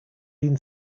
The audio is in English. been